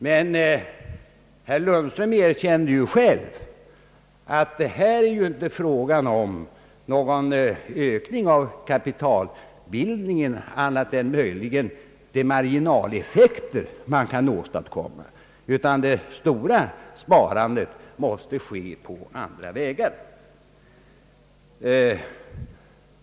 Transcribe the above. Men herr Lundström erkände ju själv, att det här inte är fråga om någon ökning av kapitalbildningen annat än möjligen i fråga om de marginaleffekter man kan åstadkomma. Det stora sparandet måste ske på andra vägar.